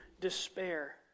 despair